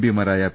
പിമാരായ P